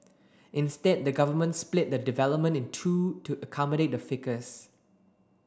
instead the government split the development in two to accommodate the ficus